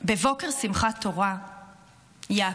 בבוקר שמחת תורה יעקב